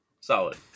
Solid